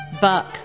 Buck